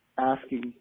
asking